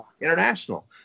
International